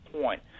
point